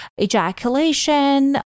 ejaculation